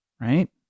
right